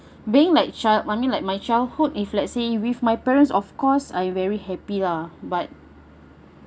being like child I mean like my childhood if let's say with my parents of course I very happy lah but